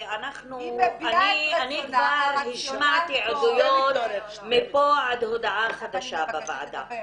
אני כבר שמעתי עדויות מפה עד הודעה חדשה בוועדה.